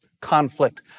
conflict